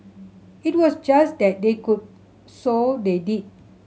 it was just that they could so they did